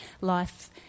Life